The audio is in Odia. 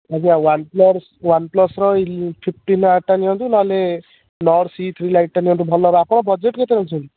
ଆଜ୍ଞା ୱାନପ୍ଲସ୍ ୱାନପ୍ଲସର ଇଲ ଫିଫ୍ଟିନ୍ ଆରଟା ନିଅନ୍ତୁ ନହେଲେ ନର୍ଡ଼ ସି ଥ୍ରୀ ଲାଇଟ୍ ଟା ନିଅନ୍ତୁ ଭଲ ହେବ ଆପଣ ବଜେଟ୍ କେତେ ରଖିଛନ୍ତି